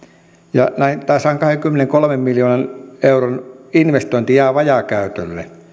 ja näin tämä sadankahdenkymmenenkolmen miljoonan euron investointi jää vajaakäytölle